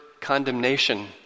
condemnation